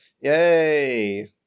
Yay